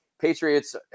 Patriots